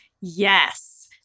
Yes